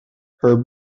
her